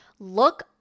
look